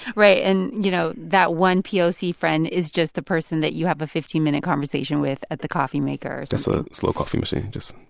right. and, you know, that one poc poc friend is just the person that you have a fifteen minute conversation with at the coffee maker that's a slow coffee machine. just.